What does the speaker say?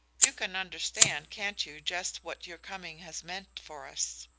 you can understand, can't you, just what your coming has meant for us?